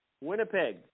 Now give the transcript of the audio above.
Winnipeg